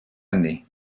année